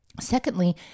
Secondly